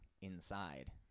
inside